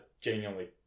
genuinely